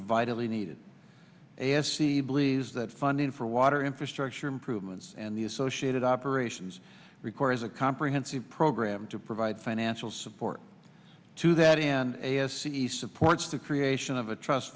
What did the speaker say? vitally needed a s e believes that funding for water infrastructure improvements and the associated operations requires a comprehensive program to provide financial support to that in a s c supports the creation of a trust